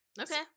Okay